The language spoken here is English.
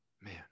man